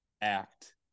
act